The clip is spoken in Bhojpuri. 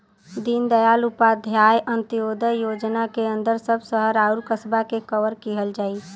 दीनदयाल उपाध्याय अंत्योदय योजना के अंदर सब शहर आउर कस्बा के कवर किहल जाई